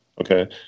okay